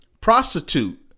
prostitute